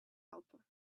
helper